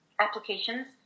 Applications